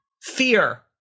Fear